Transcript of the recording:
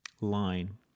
line